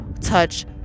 touch